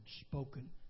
spoken